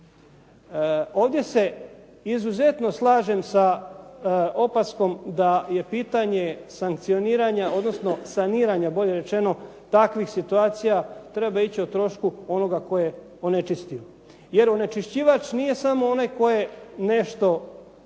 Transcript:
Ovdje se izuzetno slažem sa opaskom da je pitanje sankcioniranja, odnosno saniranja bolje rečeno takvih situacija treba ići o trošku onoga tko je onečistio. Jer onečišćivač nije samo onaj koji je nešto